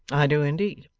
i do indeed.